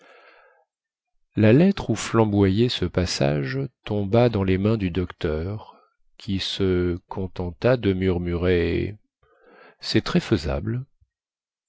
la lettre où flamboyait ce passage tomba dans les mains du docteur qui se contenta de murmurer cest très faisable